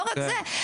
לא רק זה,